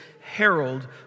herald